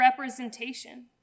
representation